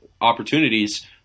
opportunities